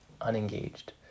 unengaged